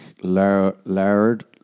Laird